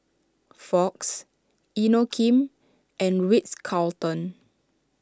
Fox Inokim and Ritz Carlton